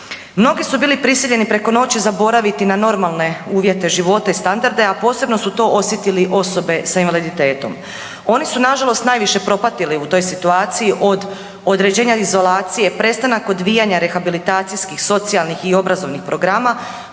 Mnogi su bili prisiljeni preko noći zaboraviti na normalne uvjete života i standarde, a posebno su to osjetili osobe s invaliditetom. Oni su nažalost najviše propatili u toj situaciji od određenja izolacije, prestanak odvijanja rehabilitacijskih, socijalnih i obrazovnih programa